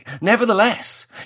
Nevertheless